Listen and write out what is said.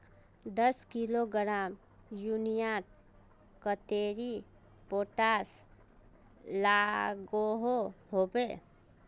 दस किलोग्राम यूरियात कतेरी पोटास लागोहो होबे?